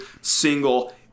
single